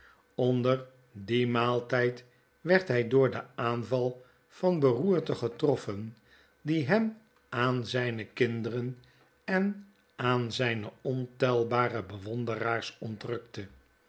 onder dien maaltijd werd hj door den aanval van beroerte getroffen die hem aan zflne kinderen en aan zyne ontelbare